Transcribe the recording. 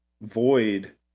void